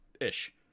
ish